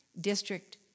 district